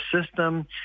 system